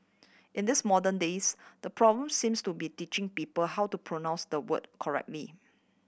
in this modern days the problem seems to be teaching people how to pronounce the word correctly